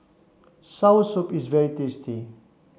Soursop is very tasty